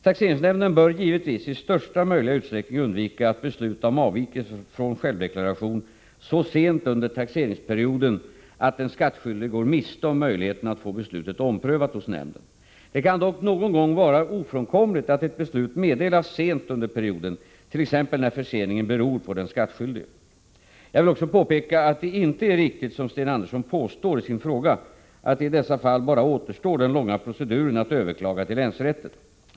Taxeringsnämnden bör givetvis i största möjliga utsträckning undvika att besluta om avvikelse från självdeklaration så sent under taxeringsperioden att den skattskyldige går miste om möjligheten att få beslutet omprövat hos nämnden. Det kan dock någon gång vara ofrånkomligt att ett beslut meddelas sent under perioden, t.ex. när förseningen beror på den skattskyldige. Jag vill också påpeka att det inte är riktigt som Sten Andersson påstår i sin fråga, att det i dessa fall bara återstår den långa proceduren att överklaga till länsrätten.